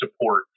support